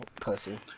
Pussy